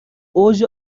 اوج